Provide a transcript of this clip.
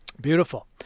Beautiful